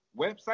website